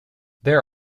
there